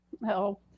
No